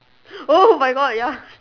oh-my-god ya